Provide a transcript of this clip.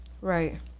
right